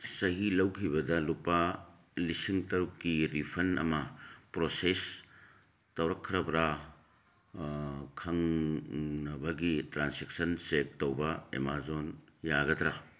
ꯆꯍꯤ ꯂꯧꯈꯤꯕꯗ ꯂꯨꯄꯥ ꯂꯤꯁꯤꯡ ꯇꯔꯨꯛꯀꯤ ꯔꯤꯐꯟ ꯑꯃ ꯄ꯭ꯔꯣꯁꯦꯁ ꯇꯧꯔꯛꯈ꯭ꯔꯕ꯭ꯔꯥ ꯈꯪꯅꯕꯒꯤ ꯇ꯭ꯔꯥꯟꯖꯦꯛꯁꯟ ꯆꯦꯛ ꯇꯧꯕ ꯑꯦꯃꯥꯖꯣꯟ ꯌꯥꯒꯗ꯭ꯔꯥ